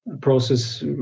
process